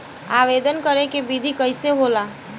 आवेदन करे के विधि कइसे होला?